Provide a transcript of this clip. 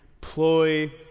ploy